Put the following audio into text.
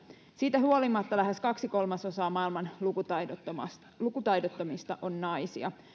siitä huolimatta lähes kaksi kolmasosaa maailman lukutaidottomista lukutaidottomista on naisia